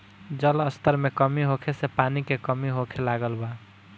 जल स्तर में कमी होखे से पानी के कमी होखे लागल बा